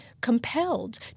compelled